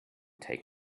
take